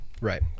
Right